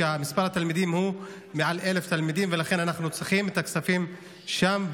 ובהם מספר התלמידים הוא מעל 1,000. לכן אנחנו צריכים את הכספים שם,